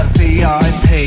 vip